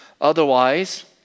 Otherwise